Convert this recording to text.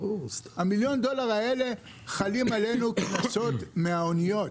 מיליון דולר האלה חלים עלינו מהאניות.